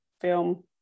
film